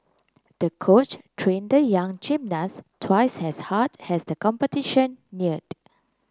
the coach train the young gymnast twice as hard as the competition neared